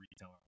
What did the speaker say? retailer